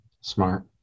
Smart